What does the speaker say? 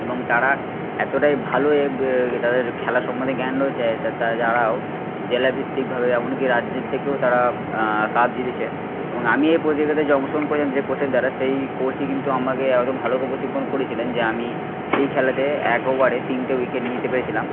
এবং তারা এতটাই ভালো এ গিয়ে তাদের খেলা সম্বন্ধে জ্ঞান রয়েছে তে তা যারাও জেলাভিত্তিকভাবে এমনকি রাজ্যের থেকেও তারা কাপ জিতেছে এবং আমি এই প্রতিযোগিতায় যে অংশগ্রহণ করেছিলাম যে কোচের দ্বারা সেই কোচই কিন্তু আমাকে ভালো করে প্রশিক্ষণ করিয়েছিলেন যে আমি সেই খেলাতে এক ওভারে তিনটে উইকেট নিতে পেরেছিলাম